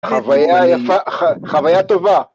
חוויה יפה, חוויה טובה.